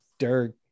Dirk